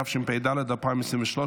התשפ"ד 2023,